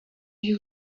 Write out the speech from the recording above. you